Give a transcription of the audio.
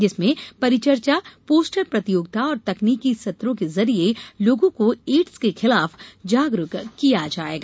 जिसमें परिचर्चा पोस्टर प्रतियोगिता और तकनीकी सत्रों के जरिए लोगों को एड्स के खिलाफ जागरूक किया जायेगा